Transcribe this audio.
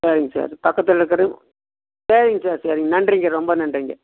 சரிங்க சார் பக்கத்துலருக்குற சரிங்க சார் சரிங்க நன்றிங்க ரொம்ப நன்றிங்க